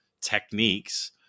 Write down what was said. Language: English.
techniques